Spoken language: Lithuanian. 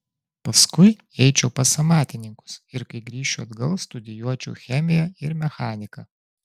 paskui eičiau pas amatininkus ir kai grįžčiau atgal studijuočiau chemiją ir mechaniką